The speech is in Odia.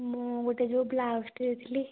ମୁଁ ଗୋଟେ ଯେଉଁ ବ୍ଲାଉଜଟେ ଦେଇଥିଲି